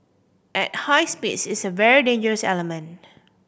at high speeds it's a very dangerous element